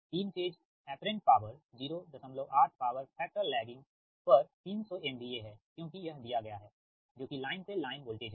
तीन phase apparent power 08 power factor lagging पर 300 MVA है क्योंकि यह दिया गया है जो की लाइन से लाइन वोल्टेज है